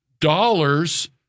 dollars